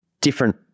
different